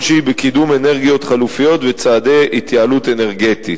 וגם התקדמות כלשהי בקידום אנרגיות חלופיות וצעדי התייעלות אנרגטית.